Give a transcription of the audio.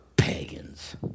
Pagans